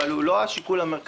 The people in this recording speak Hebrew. אבל זה לא השיקול המרכזי.